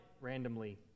randomly